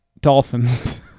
Dolphins